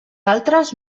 altres